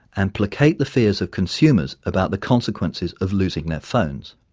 and placate the fears of consumers about the consequences of losing their phones.